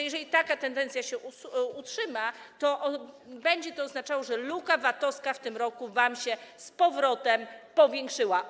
Jeżeli taka tendencja się utrzyma, to będzie to oznaczało, że luka VAT-owska w tym roku wam się z powrotem powiększyła.